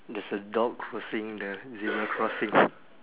there's a dog crossing the zebra crossing